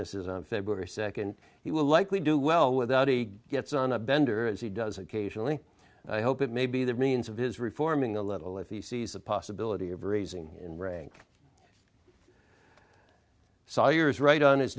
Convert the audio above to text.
this is on february second he will likely do well without he gets on a bender as he does occasionally i hope it may be that means of his reforming a little if he sees a possibility of raising in rank sawyer's right on his